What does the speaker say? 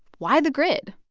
why the grid?